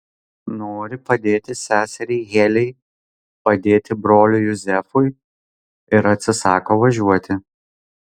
nori padėti seseriai heliai padėti broliui juzefui ir atsisako važiuoti